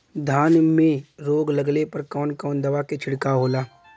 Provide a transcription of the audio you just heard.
धान में रोग लगले पर कवन कवन दवा के छिड़काव होला?